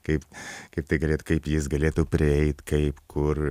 kaip kaip tai galėtų kaip jis galėtų prieit kaip kur